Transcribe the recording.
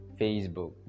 Facebook